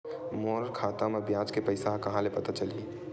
मोर खाता म ब्याज के पईसा ह कहां ले पता चलही?